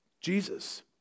Jesus